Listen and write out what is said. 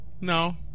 no